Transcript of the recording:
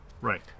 Right